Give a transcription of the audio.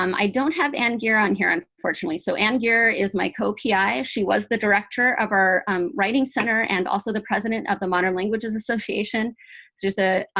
um i don't have anne gere on here, and unfortunately. so anne gere is my co-pi. she was the director of our um writing center and also the president of the modern languages association. so there's a